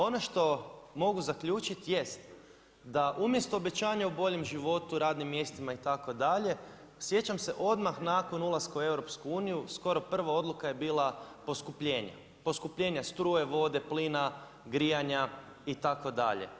Ono što mogu zaključiti, jest, da umjesto obećanja o boljem životu, radnim mjestima itd. sjećam se odmah nakon ulaska u EU, skoro prva odluka je bila poskupljenje, poskupljenje, struje, vode, plina, grijanja, itd.